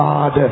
God